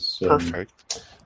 Perfect